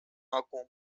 acum